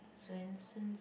Swensen's